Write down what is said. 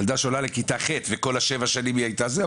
ילדה שעולה לכיתה ח' וכל השבע שנים היא הייתה זה,